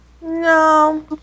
No